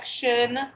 section